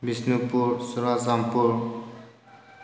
Bishnupur Churachandpur